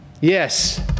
Yes